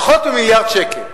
פחות ממיליארד שקל.